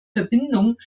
verbindung